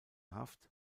haft